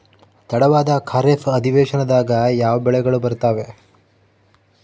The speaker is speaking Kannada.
ತಡವಾದ ಖಾರೇಫ್ ಅಧಿವೇಶನದಾಗ ಯಾವ ಬೆಳೆಗಳು ಬರ್ತಾವೆ?